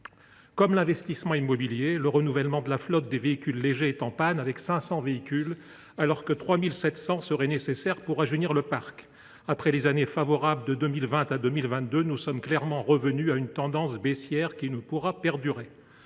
que l’investissement immobilier, le renouvellement de la flotte de véhicules légers est en panne, avec seulement 500 véhicules acquis, alors que 3 700 seraient nécessaires pour rajeunir le parc. Après les années favorables de 2020 à 2022, nous sommes clairement revenus à une tendance baissière qui ne pourra pas perdurer.